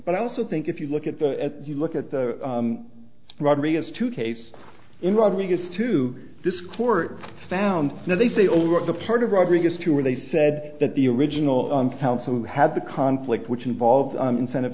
but i also think if you look at the at you look at the rodriguez two case in rodrigues to this court found now they say over the part of rodriguez who are they said that the original house who had the conflict which involved incentive